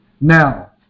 Now